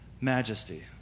majesty